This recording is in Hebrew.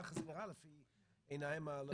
כך זה נראה לפי העיניים הלא...